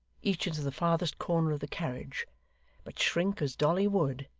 each into the farthest corner of the carriage but shrink as dolly would,